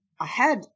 ahead